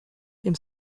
dem